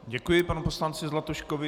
Děkuji panu poslanci Zlatuškovi.